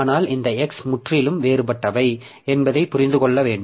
ஆனால் இந்த x முற்றிலும் வேறுபட்டவை என்பதை புரிந்து கொள்ள வேண்டும்